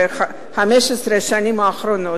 ב-15 השנים האחרונות,